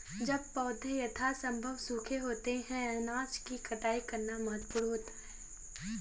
जब पौधे यथासंभव सूखे होते हैं अनाज की कटाई करना महत्वपूर्ण होता है